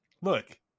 look